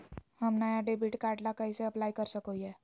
हम नया debit card ला कइसे अप्लाई कर सको हियै?